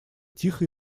тихо